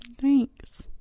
Thanks